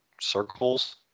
circles